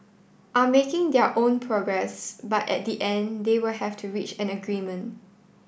are making their own progress but at the end they will have to reach an agreement